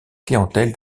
clientèle